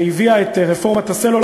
שהביאה את רפורמת הסלולר,